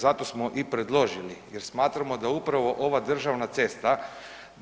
Zato smo i predložili jer smatramo da upravo ova državna cesta